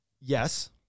Yes